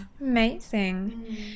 Amazing